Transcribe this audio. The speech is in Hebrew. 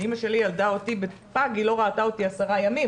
כשאימא שלי ילדה אותי פגה היא לא ראתה אותי עשרה ימים,